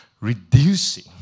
reducing